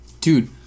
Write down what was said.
Dude